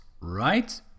right